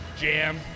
jam